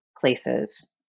places